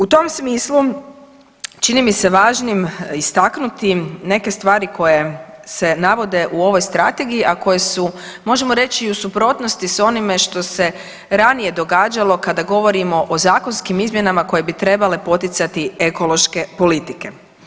U tom smislu čini mi se važnim istaknuti neke stvari koje se navode u ovoj strategiji, a koje su možemo reći i u suprotnosti s onime što se ranije događalo kada govorimo o zakonskim izmjenama koje bi trebale poticati ekološke politike.